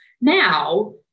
now